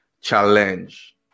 challenge